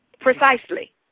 Precisely